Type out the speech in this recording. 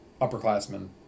upperclassmen